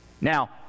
Now